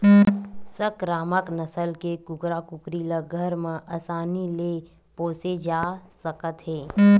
संकरामक नसल के कुकरा कुकरी ल घर म असानी ले पोसे जा सकत हे